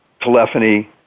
telephony